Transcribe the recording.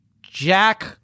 Jack